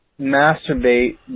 masturbate